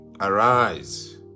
arise